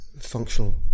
functional